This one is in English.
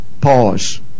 pause